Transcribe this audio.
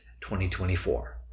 2024